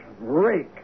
rake